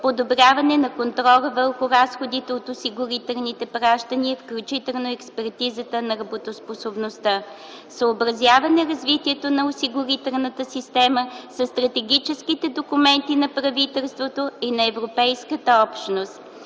подобряване на контрола върху разходите от осигурителните плащания, включително и експертизата на работоспособността. Съобразяване развитието на осигурителната система със стратегическите документи на правителството и на Европейската общност.